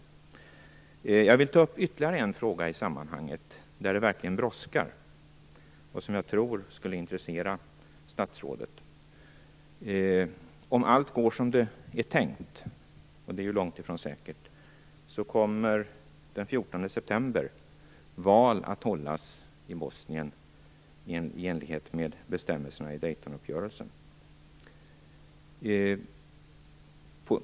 Jag vill i sammanhanget ta upp ytterligare en fråga, som det verkligen brådskar med och som jag tror skulle intressera statsrådet. Om allt går som det är tänkt - och det är ju långt ifrån säkert - kommer den 14 september val att hållas i Bosnien i enlighet med bestämmelserna i Daytonuppgörelsen.